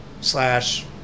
slash